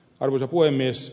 arvoisa puhemies